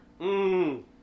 Mmm